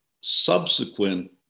subsequent